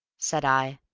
said i.